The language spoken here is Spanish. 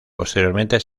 posteriormente